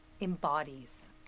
embodies